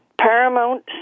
Paramount